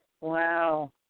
Wow